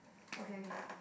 okay okay